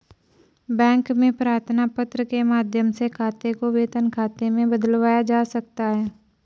bank में प्रार्थना पत्र के माध्यम से खाते को वेतन खाते में बदलवाया जा सकता है